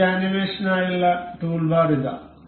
അതിനാൽ ഈ ആനിമേഷനായുള്ള ടൂൾബാർ ഇതാ